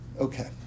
Okay